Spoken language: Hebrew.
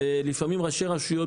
לפעמים ראשי רשויות,